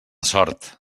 sort